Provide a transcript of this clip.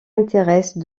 intéresse